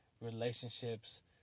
Relationships